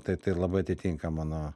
tai labai atitinka mano